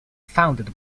founded